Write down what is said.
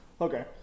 Okay